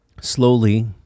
Slowly